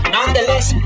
Nonetheless